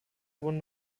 wurden